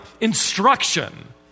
instruction